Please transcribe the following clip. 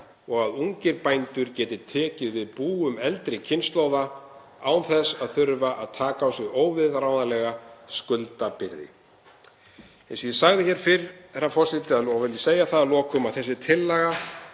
og að ungir bændur geti tekið við búum af eldri kynslóðum án þess að þurfa að taka á sig óviðráðanlega skuldabyrði. Eins og ég sagði fyrr, herra forseti, þá segi ég það að lokum að þessi tillaga